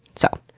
so,